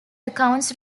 accounts